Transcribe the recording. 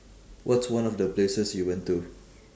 what's one of the places you went to